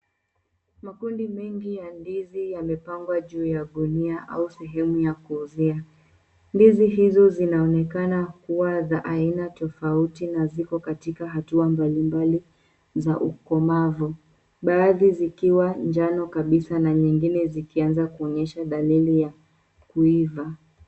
Makundi mengi ya ndizi yamepangwa juu ya gunia au sehemu ya kuuzia. Ndizi hizo zinaonekana kuwa za aina tofauti na ziko katika hatua mbalimbali za ukomavu. Baadhi zikiwa njano kabisa na nyingine zikianza kuoyesha dalili ya kuiva.